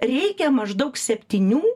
reikia maždaug septynių